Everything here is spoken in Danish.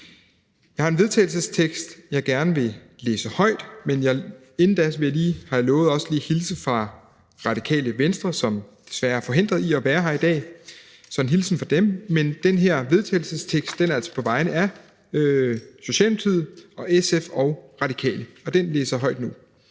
Jeg har en vedtagelsestekst, jeg gerne vil læse højt, men inden jeg gør det, har jeg lovet også lige at hilse fra Radikale Venstre, som desværre er forhindret i at være her i dag. Vedtagelsesteksten er altså på vegne af Socialdemokratiet, SF og Radikale Venstre.